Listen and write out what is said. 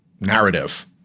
narrative